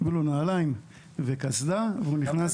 יביאו לו נעליים וקסדה והוא נכנס לאתר.